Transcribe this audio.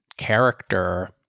character